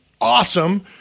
awesome